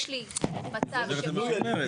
יש לי מצב שבו --- זה מה שהיא אומרת.